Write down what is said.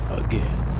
again